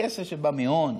הכסף שבא מהון,